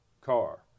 car